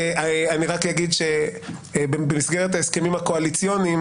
אני רק אגיד שבמסגרת ההסכמים הקואליציוניים